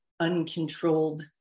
uncontrolled